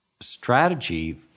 strategy